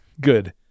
Good